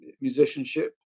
musicianship